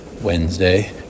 Wednesday